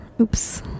oops